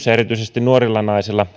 ja erityisesti nuorilla naisilla